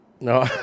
No